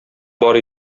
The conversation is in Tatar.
бар